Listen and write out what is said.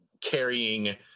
carrying